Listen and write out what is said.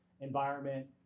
environment